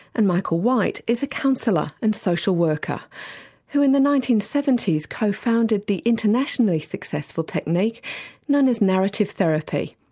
and michael white is a counsellor and social worker who in the nineteen seventy s co-founded the internationally successful technique know as narrative therapy.